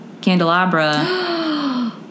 candelabra